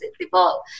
people